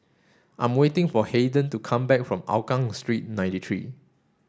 I am waiting for Haiden to come back from Hougang Street ninety three